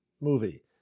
movie